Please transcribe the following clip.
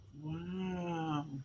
Wow